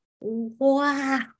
wow